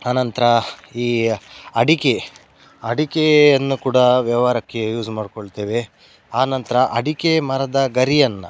ಆ ನಂತರ ಈ ಅಡಿಕೆ ಅಡಿಕೆಯನ್ನು ಕೂಡ ವ್ಯವಹಾರಕ್ಕೆ ಯೂಸ್ ಮಾಡಿಕೊಳ್ತೇವೆ ಆ ನಂತರ ಅಡಿಕೆ ಮರದ ಗರಿಯನ್ನು